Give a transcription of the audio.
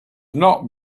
not